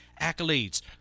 accolades